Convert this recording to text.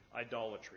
idolatry